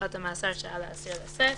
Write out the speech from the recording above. מתקופת המאסר שעל האסיר לשאת,